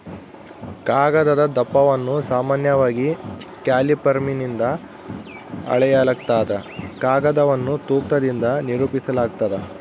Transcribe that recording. ಕಾಗದದ ದಪ್ಪವನ್ನು ಸಾಮಾನ್ಯವಾಗಿ ಕ್ಯಾಲಿಪರ್ನಿಂದ ಅಳೆಯಲಾಗ್ತದ ಕಾಗದವನ್ನು ತೂಕದಿಂದ ನಿರೂಪಿಸಾಲಾಗ್ತದ